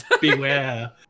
Beware